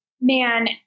Man